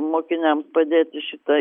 mokiniams padėti šitą